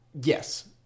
Yes